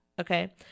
Okay